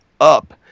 up